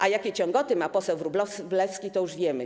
A jakie ciągoty ma poseł Wróblewski, to już wiemy.